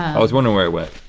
i was wondering where it went.